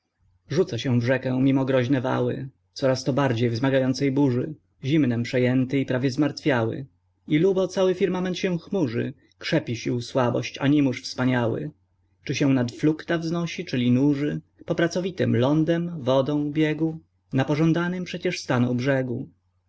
rzuca się w rzekę mimo groźne wały coraz to bardziej wzmagającej burzy zimnem przejęty i prawie zmartwiały i lubo cały firmament się chmurzy krzepi sił słabość animusz wspaniały czy się nad flukta wznosi czyli nurzy po pracowitym lądem wodą biegu na pożądanym przecież stanął brzegu